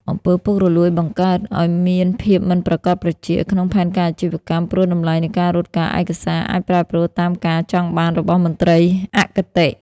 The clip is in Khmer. អំពើពុករលួយ បង្កើតឱ្យមាន "ភាពមិនប្រាកដប្រជា" ក្នុងផែនការអាជីវកម្ម ព្រោះតម្លៃនៃការរត់ការឯកសារអាចប្រែប្រួលតាមការចង់បានរបស់មន្ត្រីអគតិ។